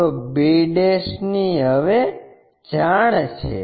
તો b ની હવે જાણ છે